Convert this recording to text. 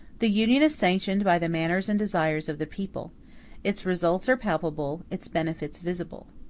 the union is sanctioned by the manners and desires of the people its results are palpable, its benefits visible.